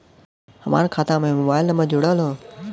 हमार खाता में मोबाइल नम्बर जुड़ल हो?